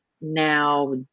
now